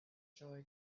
joy